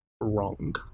wrong